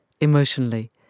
emotionally